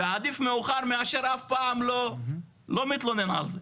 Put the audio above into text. ועדיף מאוחר מאשר אף פעם לא, לא מתלונן על זה.